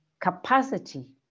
capacity